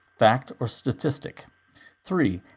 fact or statistic three.